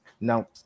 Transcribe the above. Now